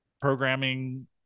programming